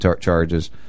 charges